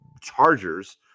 Chargers